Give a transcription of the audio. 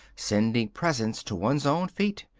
sending presents to one's own feet!